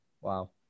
Wow